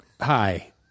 Hi